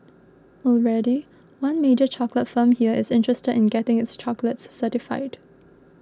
already one major chocolate firm here is interested in getting its chocolates certified